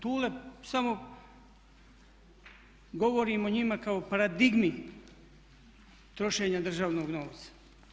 Thule" samo govorim o njima kao paradigmi trošenja državnog novca.